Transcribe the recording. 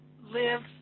live